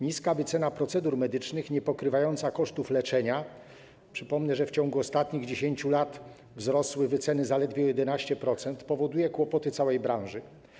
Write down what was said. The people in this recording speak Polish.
Niska wycena procedur medycznych, niepokrywająca kosztów leczenia - przypomnę, że w ciągu ostatnich 10 lat wyceny wzrosły o zaledwie 11% - powoduje kłopoty całej branży.